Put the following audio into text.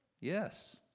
Yes